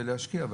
להשקיע.